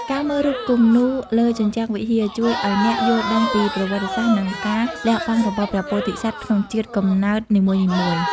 ការមើលរូបគំនូរលើជញ្ជាំងវិហារ ជួយឱ្យអ្នកយល់ដឹងពីប្រវត្តិសាស្ត្រ និងការលះបង់របស់ព្រះពោធិសត្វក្នុងជាតិកំណើតនីមួយៗ។